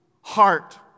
heart